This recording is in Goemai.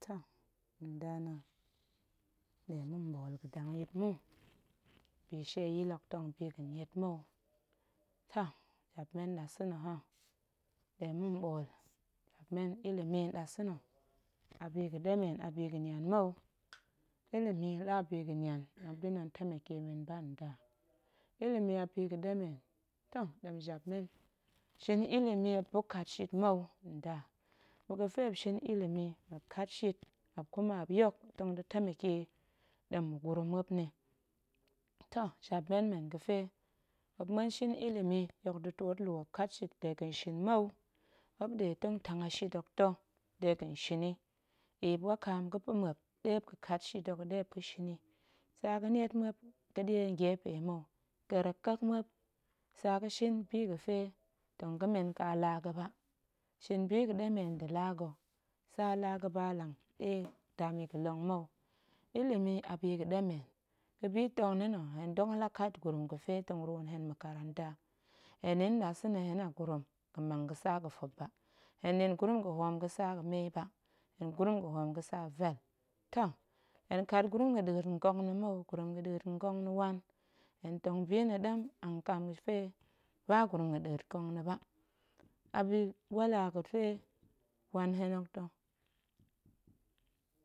Toh nda na̱ ma̱nɗe ma̱ɓool ga̱zak mu, bishieyil hok tong a bi ga̱niet mou, toh jap men nɗasa̱na̱ hok ma̱nɗe ma̱ɓool jap men ilimi nɗasa̱na̱ a biga̱ɗemen a biga̱nian mou, ilimi la a biga̱nian muop ɗin tong temeke men ba nda, ilimi a biga̱ɗemen, toh ɗem jap men shin ilimi muop buk kat shit mou, nda ma̱ ga̱fe muop shin ilimi muop kat shit muop kuma muop yok tong da̱ temeke ɗem ma̱gurum muop nni, toh jap men mmen ga̱fe muop muen muen da̱ shin ilimi muop kat shit dega̱n shin mou, muop nɗe tong tang a shit hok ta̱ dega̱n shin yi, eep wakaam ga̱ pa̱ muop ɗe muop ga̱kat shit ho ɗe muop ga̱shin yi, tsa ga̱niet muop ga̱ɗie ngyepe mou, ƙerrek ƙkek muop tsa ga̱shin bi ga̱fe tong ga̱ men ƙa laa ga̱ ba, shin biga̱ɗemen nda̱ laa ga̱, tsa laa ga̱ ba dam ɗe ilimi ga̱dam yi mou, ilimi a bi ga̱ɗemen, ga̱bi tong na̱ nna̱ hen dok ɗin la kat gurum ga̱fe tong ruun hen makaranta, hen ɗin nɗasa̱na̱ hen gurum ga̱mang ga̱tsa ga̱fop ba, hen gurum ga̱hoom ga̱tsa vel, toh hen kat gurum ga̱ɗa̱a̱t nƙong na̱ mou, gurum ga̱ɗa̱a̱t nƙong na̱ wan, hen tong bi na̱ ɗem a nƙam ga̱fe ba gurum ga̱ɗa̱a̱t nƙong na̱ ba, a bi wala ga̱fe wan hen hok ta̱.